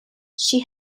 she